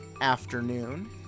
afternoon